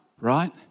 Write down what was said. right